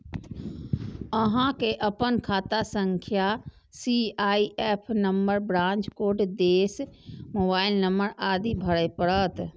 अहां कें अपन खाता संख्या, सी.आई.एफ नंबर, ब्रांच कोड, देश, मोबाइल नंबर आदि भरय पड़त